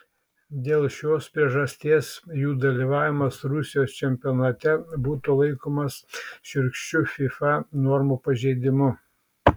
dėl šios priežasties jų dalyvavimas rusijos čempionate būtų laikomas šiurkščiu fifa normų pažeidimu